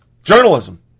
Journalism